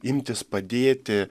imtis padėti